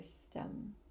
system